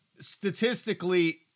statistically